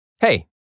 Hey